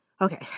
Okay